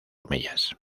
omeyas